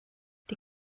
die